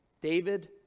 David